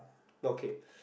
okay